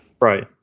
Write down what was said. right